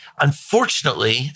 Unfortunately